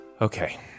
Okay